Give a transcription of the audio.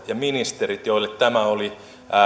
ja ministereille joille tämä oli